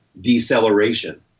deceleration